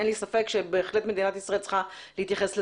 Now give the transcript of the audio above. אין לי ספק שמדינת ישראל צריכה להתייחס לזה.